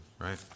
right